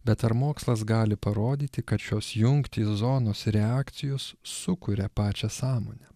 bet ar mokslas gali parodyti kad šios jungtys zonos reakcijos sukuria pačią sąmonę